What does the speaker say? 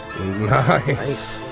Nice